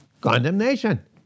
Condemnation